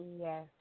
Yes